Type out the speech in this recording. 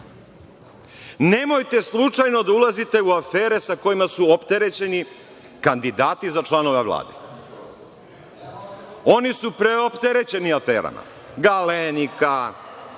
Nemojte slučajno da ulazite u afere sa kojima su opterećeni kandidati za članove Vlade. Oni su preopterećeni aferama, „Galenika“,